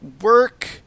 work